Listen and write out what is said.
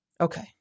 Okay